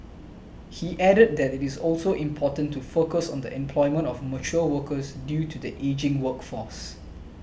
he added that it is also important to focus on the employment of mature workers due to the ageing workforce